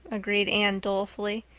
agreed anne dolefully.